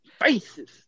faces